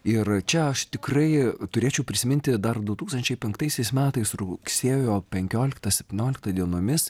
ir čia aš tikrai turėčiau prisiminti dar du tūkstančiai penktaisiais metais rugsėjo penkioliktą septynioliktą dienomis